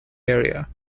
area